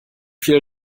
viel